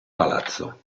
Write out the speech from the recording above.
palazzo